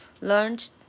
learned